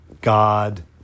God